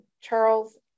Charles